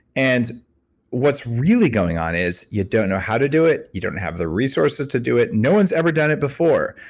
and what's really going on is you don't know how to do it, you don't have the resources to do it. no one's ever done it before,